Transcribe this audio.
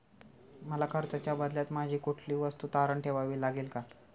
मला कर्जाच्या बदल्यात माझी कुठली वस्तू तारण ठेवावी लागेल का?